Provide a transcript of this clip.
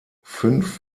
fünf